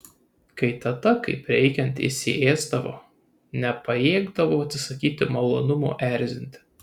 kai teta kaip reikiant įsiėsdavo nepajėgdavau atsisakyti malonumo erzinti